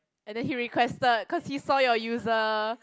and then he requested cause he saw your user